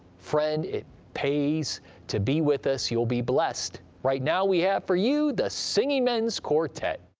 friend, it pays to be with us, you'll be blessed! right now, we have for you the singing men's quartet